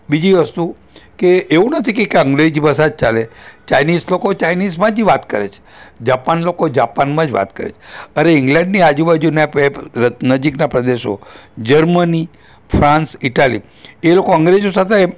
બીજી વસ્તુ કે એવું નથી કે એક અંગ્રેજી ભાષા જ ચાલે ચાઇનીઝ લોકો એ ચાઇનીઝમાં જ ઈ વાત કરે છે જાપાન લોકો જાપાનમાં જ વાત કરે છે અરે ઈંગ્લેન્ડની આજુબાજુના નજીકના પ્રદેશો જર્મની ફ્રાંસ ઇટાલી એ લોકો અંગ્રેજો સાથે